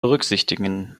berücksichtigen